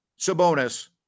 Sabonis